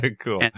Cool